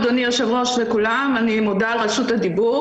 אדוני היושב-ראש, אני מודה על רשות הדיבור.